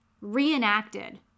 reenacted